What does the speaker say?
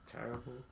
terrible